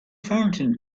fountain